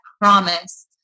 promise